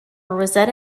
rosetta